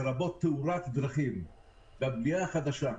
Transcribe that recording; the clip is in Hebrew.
לרבות תאורת דרכים בבנייה החדשה.